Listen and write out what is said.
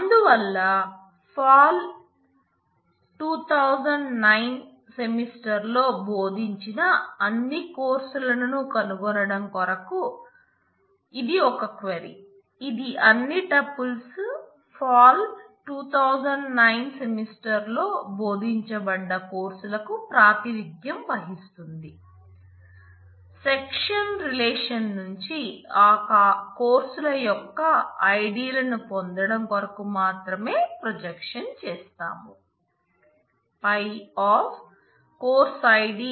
అందువల్ల fall 2009 semester లో బోధించిన అన్ని కోర్సులను కనుగొనడం కొరకు ఇది ఒక క్వరీ